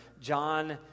John